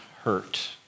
hurt